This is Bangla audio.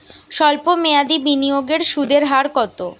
সল্প মেয়াদি বিনিয়োগের সুদের হার কত?